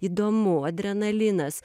įdomu adrenalinas